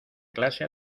clase